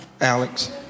Alex